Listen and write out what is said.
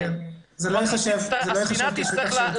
כן, זה לא ייחשב כשטח של קפריסין.